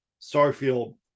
Starfield